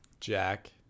Jack